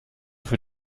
für